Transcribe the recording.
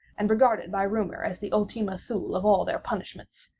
and regarded by rumor as the ultima thule of all their punishments.